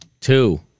Two